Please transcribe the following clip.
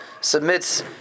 submits